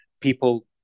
people